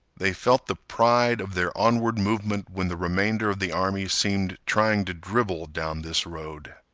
they felt the pride of their onward movement when the remainder of the army seemed trying to dribble down this road.